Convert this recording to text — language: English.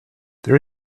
there